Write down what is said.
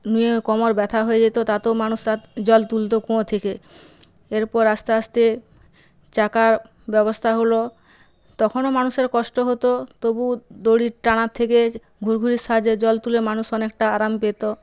নুয়ে কোমর ব্যথা হয়ে যেত তাতেও মানুষ তার জল তুলতো কুঁয়ো থেকে এরপর আস্তে আস্তে চাকার ব্যবস্থা হল তখনও মানুষের কষ্ট হতো তবু দড়ি টানার থেকে যে ঘুরঘুরির সাহায্যে জল তুলে মানুষ অনেকটা আরাম পেত